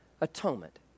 atonement